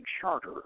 charter